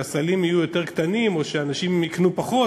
שהסלים יהיו יותר קטנים ושאנשים יקנו פחות.